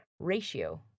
ratio